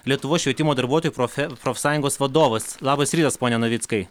lietuvos švietimo darbuotojų profe profsąjungos vadovas labas rytas pone navickai